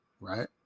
right